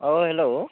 अ hello